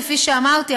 כפי שאמרתי,